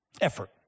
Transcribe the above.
effort